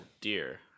dear